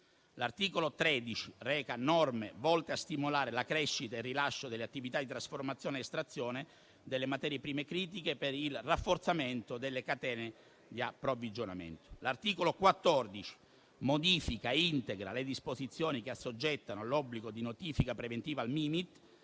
L'articolo 13 reca norme volte a stimolare la crescita e il rilancio delle attività di trasformazione ed estrazione delle materie prime critiche per il rafforzamento delle catene di approvvigionamento. L'articolo 14 modifica e integra le disposizioni che assoggettano all'obbligo di notifica preventiva al Mimit